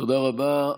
תודה רבה.